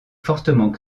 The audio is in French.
fortement